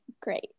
great